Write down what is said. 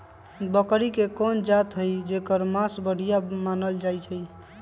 बकरी के कोन जात हई जेकर मास बढ़िया मानल जाई छई?